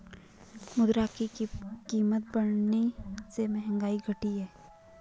मुद्रा की कीमत बढ़ने से महंगाई घटी है